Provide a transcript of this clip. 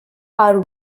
are